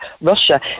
Russia